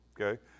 okay